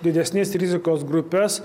didesnės rizikos grupes